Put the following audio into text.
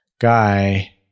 guy